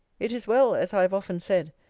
it is well, as i have often said,